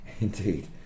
Indeed